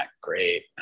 great